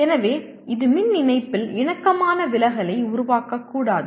எனவே இது மின் இணைப்பில் இணக்கமான விலகலை உருவாக்கக்கூடாது